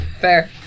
Fair